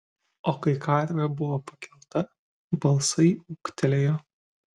o kai karvė buvo pakelta balsai ūktelėjo